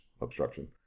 obstruction